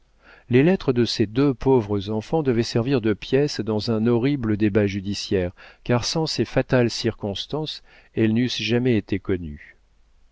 les lettres de ces deux pauvres enfants devaient servir de pièces dans un horrible débat judiciaire car sans ces fatales circonstances elles n'eussent jamais été connues